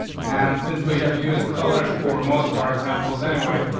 and since we have used colors for most of our examples anyway,